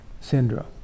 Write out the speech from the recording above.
syndrome